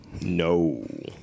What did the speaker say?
No